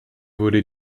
wurde